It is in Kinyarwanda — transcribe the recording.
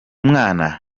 mwana